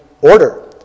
order